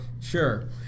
Sure